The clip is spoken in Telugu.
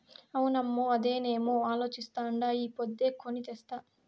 అవునమ్మో, అదేనేమో అలోచిస్తాండా ఈ పొద్దే కొని తెస్తా